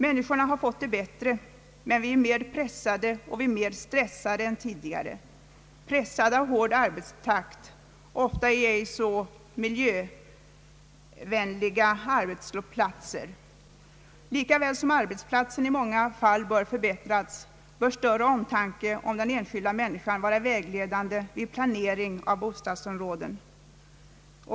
Människorna har fått det bättre men är mer pressade och stressade än tidigare. De är pressade av hård arbetstakt, ofta på ej så miljövänliga arbetsplatser. Likaväl som arbetsplatserna i många fall bör förbättras, bör större omtanke om den enskilda människan vara vägledande vid planering av bo stadsområden.